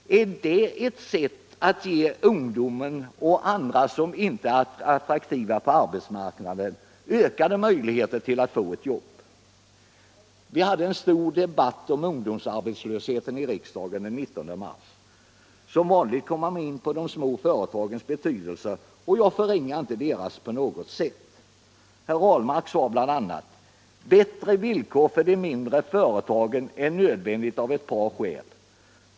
Är det ett sätt att ge ungdomar och andra som inte är attraktiva på arbetsmarknaden ökade möjligheter till jobb? Den 19 mars hade vi här i riksdagen en stor debatt om ungdomsarbetslösheten. Som vanligt kom man in på de små företagens betydelse, och den vill jag inte på något sätt förringa. Herr Ahlmark sade bl.a.: ”Bättre villkor för de mindre företagen är nödvändigt av ett par skäl.